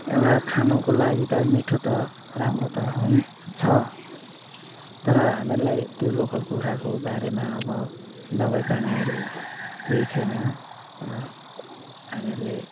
एउटा खानुको लागि त मिठो त राम्रो त हुन्छ तर हामीहरूलाई त्यो लोकल कुखुराको बारेमा अब दबाईपानीहरू केही छैन र हामीहरूले